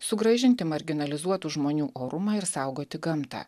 sugrąžinti marginalizuotų žmonių orumą ir saugoti gamtą